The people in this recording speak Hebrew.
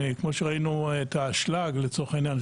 כמו שראינו את האשלג לצורך העניין,